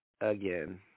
again